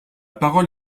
parole